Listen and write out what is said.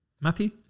Matthew